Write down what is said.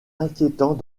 inquiétant